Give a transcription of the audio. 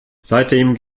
seitdem